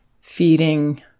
feeding